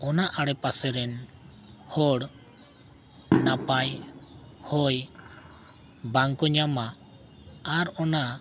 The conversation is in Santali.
ᱚᱱᱟ ᱟᱰᱮᱯᱟᱥᱮ ᱨᱮᱱ ᱦᱚᱲ ᱱᱟᱯᱟᱭ ᱦᱚᱭ ᱵᱟᱝ ᱠᱚ ᱧᱟᱢᱟ ᱟᱨ ᱚᱱᱟ